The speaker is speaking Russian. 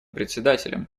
председателем